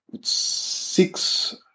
six